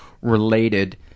related